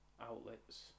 outlets